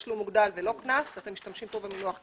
תשלום מוגדל ולא קנס אתם משתמשים פה במינוח "קנס"